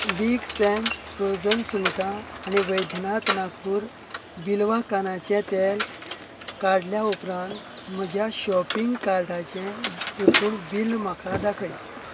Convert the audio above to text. big Sam's frozen सुंगटां आनी वैद्यनाथ नागपूर बिलवा कानाचें तेल काडल्या उपरांत म्हज्या शॉपिंग कार्टाचें एकूण बिल म्हाका दाखय